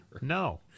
no